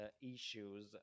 issues